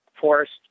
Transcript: forest